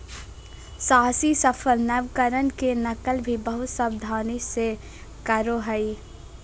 साहसी सफल नवकरण के नकल भी बहुत सावधानी से करो हइ